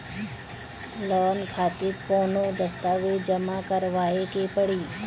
Loan खातिर कौनो दस्तावेज जमा करावे के पड़ी?